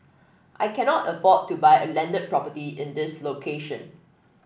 I cannot afford to buy a landed property in this location